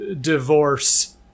divorce